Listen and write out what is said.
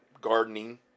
gardening